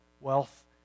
wealth